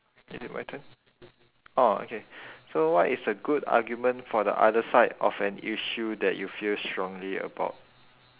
is it my turn orh okay so what is a good argument for the other side of an issue that you feel strongly about